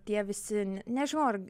tie visi ne nežinau ar